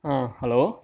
ஆ hello